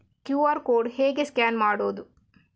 QR code ಹೇಗೆ scan ಮಾಡುವುದು?